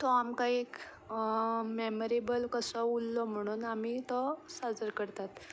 तो आमकां एक मेमरेबल कसो उरलो म्हणून आमी तो साजरो करतात